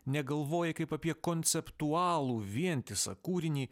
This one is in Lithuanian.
negalvoji kaip apie konceptualų vientisą kūrinį